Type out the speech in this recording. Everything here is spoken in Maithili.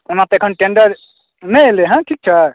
ओना तऽ एखन टेण्डर नहि अयलै हँ ठीक छै